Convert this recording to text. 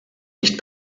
nicht